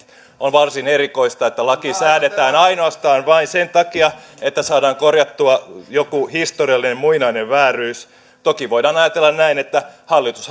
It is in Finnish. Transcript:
on varsin erikoista että laki säädetään ainoastaan sen takia että saadaan korjattua joku historiallinen muinainen vääryys toki voidaan ajatella näin että hallitus